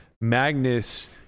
Magnus